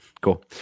Cool